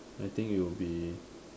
I think it'll be